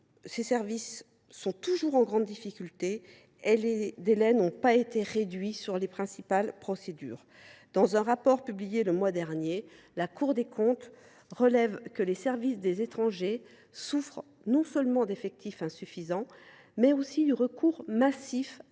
Ils sont toujours en grande difficulté et les délais n’ont pas été réduits sur les principales procédures. Dans un rapport publié le mois dernier, la Cour des comptes relève que « les services des étrangers souffrent non seulement d’effectifs insuffisants […], mais aussi du recours massif